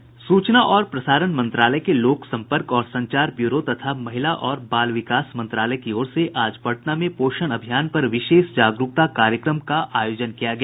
सूचना और प्रसारण मंत्रालय के लोक संपर्क और संचार ब्यूरो तथा महिला और बाल विकास मंत्रालय की ओर से आज पटना में पोषण अभियान पर विशेष जागरूकता कार्यक्रम का आयोजन किया गया